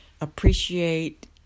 appreciate